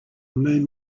moon